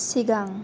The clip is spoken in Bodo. सिगां